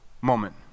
moment